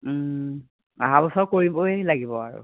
অহা বছৰ কৰিবই লাগিব আৰু